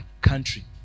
country